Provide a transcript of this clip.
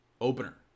opener